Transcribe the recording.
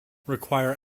require